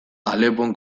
alepon